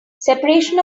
separation